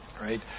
right